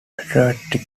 patriotic